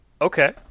Okay